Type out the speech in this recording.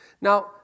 Now